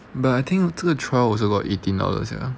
but I think 这个 trial was about eighteen dollars you know